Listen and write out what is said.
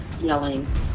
yelling